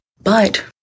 But-